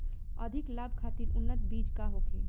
अधिक लाभ खातिर उन्नत बीज का होखे?